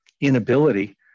inability